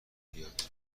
بیاد